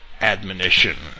admonition